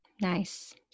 Nice